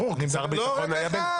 ברור, כי שר הביטחון היה בנט.